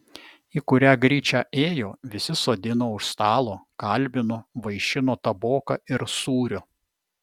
į kurią gryčią ėjo visi sodino už stalo kalbino vaišino taboka ir sūriu